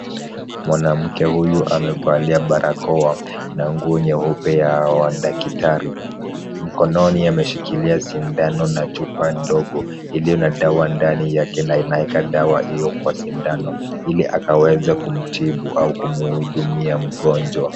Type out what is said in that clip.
Mwanamke huyu amevalia barakoa na nguo nyeupe ya wadaktari. Mikononi ameshikilia na chupa ndogo iliyo na dawa ndani yake na inaweka dawa kwa hiyo kwa sindano ili akaweze kumtibu au kumhudumia mgonjwa.